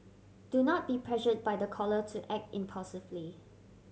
do not be pressured by the caller to act impulsively